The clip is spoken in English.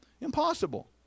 Impossible